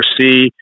see